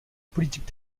politique